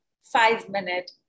five-minute